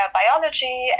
biology